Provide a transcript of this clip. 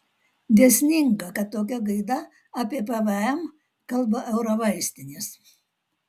dėsninga kad tokia gaida apie pvm kalba eurovaistinės